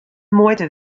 muoite